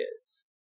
kids